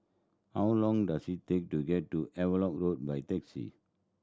how long does it take to get to Havelock Road by taxi